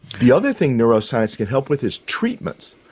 the other thing neuroscience can help with is treatments.